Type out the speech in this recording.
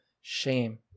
shame